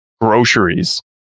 groceries